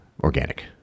organic